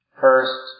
First